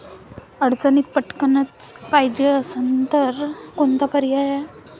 अडचणीत पटकण पायजे असन तर कोनचा पर्याय हाय?